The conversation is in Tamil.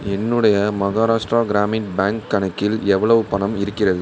என்னுடைய மஹாராஷ்ட்ரா கிராமின் பேங்க் கணக்கில் எவ்வளவு பணம் இருக்கிறது